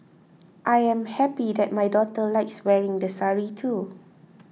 I am happy that my daughter likes wearing the sari too